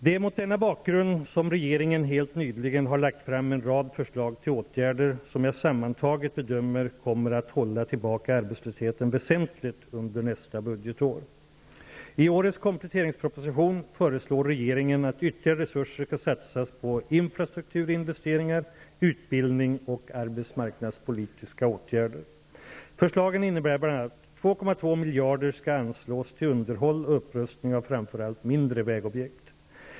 Det är mot denna bakgrund som regeringen helt nyligen har lagt fram en rad förslag till åtgärder som enligt min bedömning sammantaget kommer att hålla tillbaka arbetslösheten väsentligt under nästa budgetår. I årets kompletteringsproposition föreslår regeringen att ytterligare resurser skall satsas på infrastrukturinvesteringar, utbildning och arbetsmarknadspolitiska åtgärder. -- 2,2 miljarder kronor anslås till underhåll och upprustning av framför allt mindre vägobjekt.